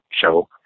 show